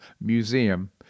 museum